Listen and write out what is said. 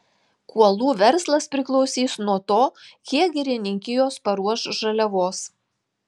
kuolų verslas priklausys nuo to kiek girininkijos paruoš žaliavos